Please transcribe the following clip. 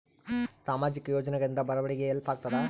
ಸಾಮಾಜಿಕ ಯೋಜನೆಗಳಿಂದ ಬಡವರಿಗೆ ಹೆಲ್ಪ್ ಆಗ್ಯಾದ?